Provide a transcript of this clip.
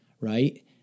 Right